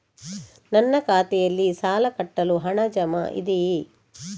ನನ್ನ ಖಾತೆಯಲ್ಲಿ ಸಾಲ ಕಟ್ಟಲು ಹಣ ಜಮಾ ಇದೆಯೇ?